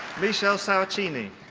michele saracini.